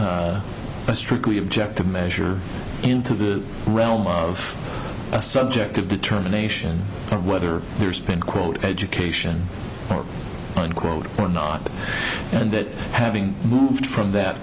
a strictly objective measure into the realm of a subjective determination of whether there's been quote education or unquote or not and that having moved from that